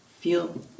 Feel